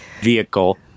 vehicle